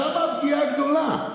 שם הפגיעה הגדולה.